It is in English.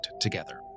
together